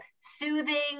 soothing